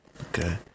Okay